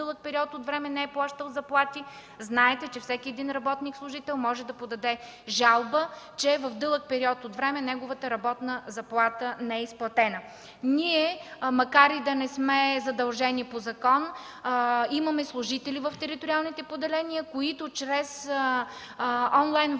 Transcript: дълъг период от време работодателят не е плащал заплати. Знаете, че всеки един работник и служител може да подаде жалба, че в дълъг период от време неговата работна заплата не е изплатена. Ние, макар и да не сме задължени по закон, имаме служители в териториалните поделения, които чрез онлайн връзка с